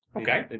Okay